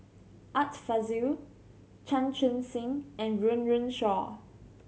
Art Fazil Chan Chun Sing and Run Run Shaw